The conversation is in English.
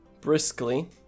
Briskly